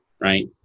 right